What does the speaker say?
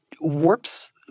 warps